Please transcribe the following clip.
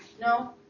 No